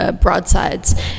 broadsides